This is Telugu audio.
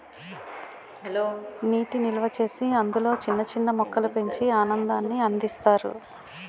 నీటి నిల్వచేసి అందులో చిన్న చిన్న మొక్కలు పెంచి ఆనందాన్ని అందిస్తారు